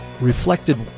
reflected